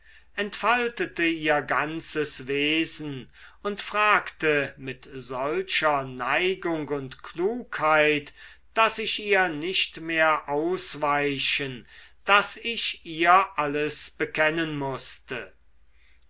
entfaltete ihr ganzes wesen und fragte mit solcher neigung und klugheit daß ich ihr nicht mehr ausweichen daß ich ihr alles bekennen mußte